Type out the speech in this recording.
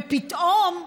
ופתאום,